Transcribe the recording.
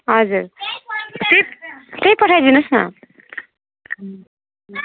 हजुर त्यही त्यही पठाइदिनुहोस् न